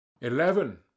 Eleven